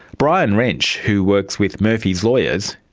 bryan wrench, who works with murphy's lawyers,